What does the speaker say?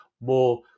More